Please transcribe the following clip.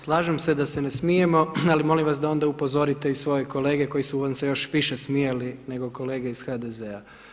Slažem se da ne smijemo, ali molim vas da onda upozorite i svoje kolege koji su vam se još više smijali nego kolege iz HDZ-a.